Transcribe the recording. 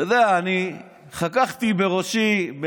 אתה יודע, אני חככתי במוחי,